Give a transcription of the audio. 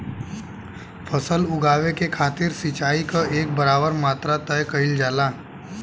फसल उगावे के खातिर सिचाई क एक बराबर मात्रा तय कइल जाला